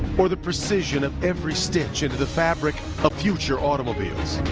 or the precision of every stitch into the fabric of future automobiles.